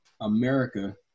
america